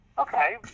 Okay